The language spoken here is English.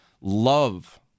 love